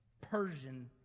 Persian